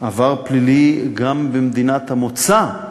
עבר פלילי, גם במדינת המוצא,